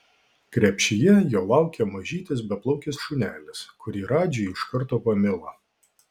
krepšyje jo laukė mažytis beplaukis šunelis kurį radži iš karto pamilo